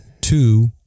two